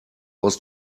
aus